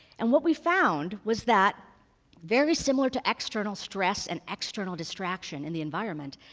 and what we found was that very similar to external stress and external distraction in the environment,